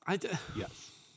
Yes